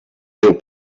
deu